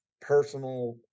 personal